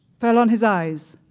fell on his eyes,